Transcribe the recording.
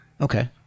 okay